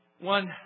One